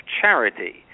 charity